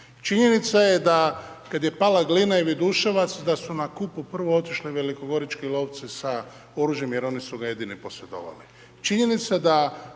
Činjenica je da kad je pala Glina i Viduševac da su na Kupu prvo otišli velikogorički lovci sa oružjem jer oni su ga jedino posjedovali. Činjenica da